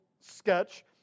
sketch